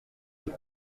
deux